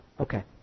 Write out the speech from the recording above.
Okay